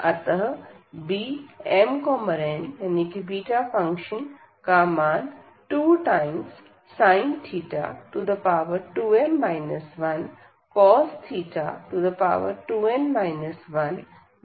अतः Bmn का मान 2sin2m 1cos 2n 1 dθ मिलता है